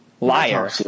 Liar